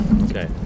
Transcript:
Okay